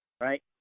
Right